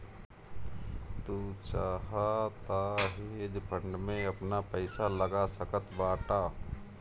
तू चाहअ तअ हेज फंड में आपन पईसा लगा सकत बाटअ